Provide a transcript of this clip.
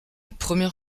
première